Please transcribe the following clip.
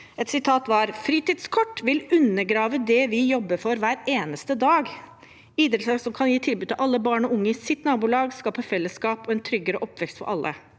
Et sitat var: «Fritidskort vil undergrave det vi jobber for hver eneste dag: – Idrettslag som kan gi tilbud til alle barn og unge i sitt nabolag, skape fellesskap og en tryggere oppvekst for alle.»